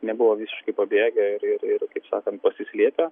nebuvo visiškai pabėgę ir ir ir kaip sakant pasislėpę